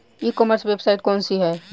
ई commerce website कौन सी है?